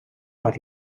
per